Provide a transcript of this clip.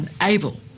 unable